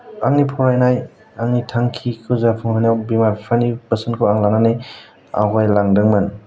आंनि फरायनाय आंनि थांखिखौ जाफुंहोनायाव बिमा बिफानि बोसोनखौ आं लानानै आवगायलांदोंमोन